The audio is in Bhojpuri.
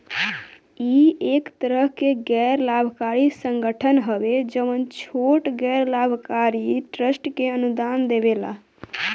इ एक तरह के गैर लाभकारी संगठन हवे जवन छोट गैर लाभकारी ट्रस्ट के अनुदान देवेला